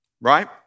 right